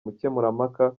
umukemurampaka